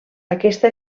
aquesta